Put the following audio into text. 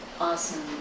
awesome